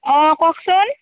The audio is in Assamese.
অঁ কওকচোন